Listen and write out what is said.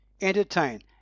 entertain